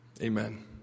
Amen